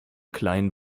kleinen